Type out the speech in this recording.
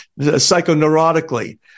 psychoneurotically